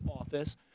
Office